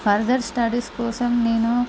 further studies కోసం నేను